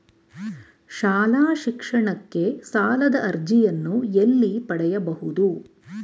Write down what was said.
ಶಾಲಾ ಶಿಕ್ಷಣಕ್ಕೆ ಸಾಲದ ಅರ್ಜಿಯನ್ನು ಎಲ್ಲಿ ಪಡೆಯಬಹುದು?